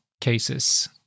cases